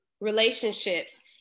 relationships